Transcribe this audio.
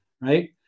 Right